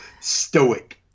Stoic